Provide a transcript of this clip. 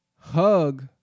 hug